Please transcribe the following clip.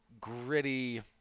gritty